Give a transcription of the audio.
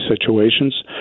situations